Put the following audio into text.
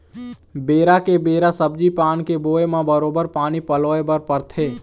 बेरा के बेरा सब्जी पान के बोए म बरोबर पानी पलोय बर परथे